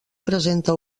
presenta